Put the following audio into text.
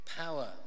Power